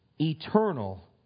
eternal